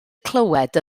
clywed